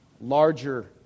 larger